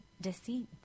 deceit